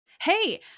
Hey